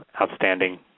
outstanding